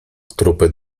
trupy